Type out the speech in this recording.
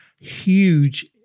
huge